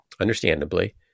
understandably